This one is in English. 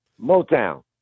Motown